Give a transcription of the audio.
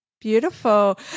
beautiful